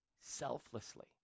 selflessly